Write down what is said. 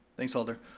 thanks alder.